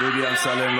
דודי אמסלם,